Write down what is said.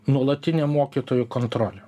nuolatinę mokytojų kontrolę